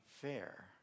fair